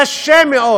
קשה מאוד.